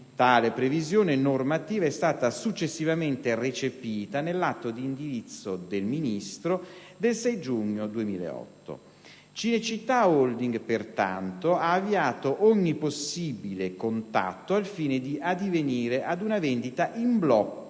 tale previsione normativa è stata successivamente recepita nell'atto di indirizzo del Ministro del 6 giugno 2008. Cinecittà Holding, pertanto, ha avviato ogni possibile contatto al fine di addivenire ad una vendita in blocco